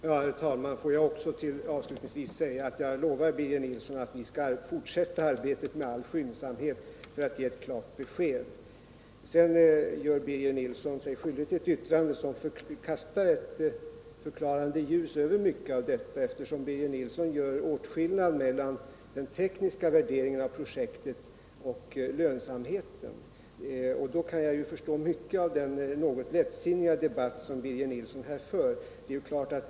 Herr talman! Jag vill avslutningsvis lova Birger Nilsson att vi skall fortsätta arbetet med all skyndsamhet för att ge ett klart besked. Birger Nilsson gör sig skyldig till ett yttrande som kastar ett förklarande ljus över myckaet I det här sammanhanget. Han gör nämligen åtskillnad mean den tekniska värderingen av projektet och lönsamheten. Då kan jag förstå mycket av det något lättsinniga sätt som Birger Nilsson här för debatten på.